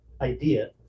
idea